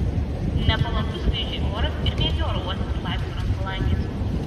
nepalankus skrydžiui oras ir miegi oro uoste ant laiptų ar ant palangės